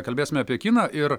kalbėsime apie kiną ir